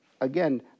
again